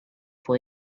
for